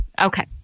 Okay